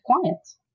clients